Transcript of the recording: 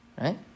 right